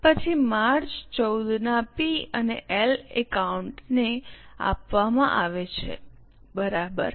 પછી માર્ચ 14 ના પી અને એલ એકાઉન્ટને P L Account આપવામાં આવે છેબરાબર